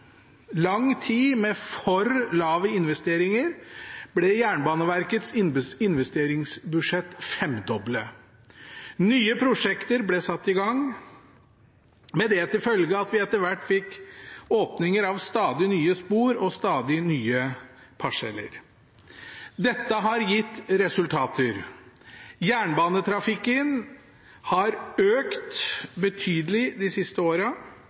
lang tid med for lave investeringer ble Jernbaneverkets investeringsbudsjett femdoblet. Nye prosjekter ble satt i gang, med det til følge at det etter hvert ble åpnet stadig nye spor og stadig nye parseller. Dette har gitt resultater. Jernbanetrafikken har økt betydelig de siste åra.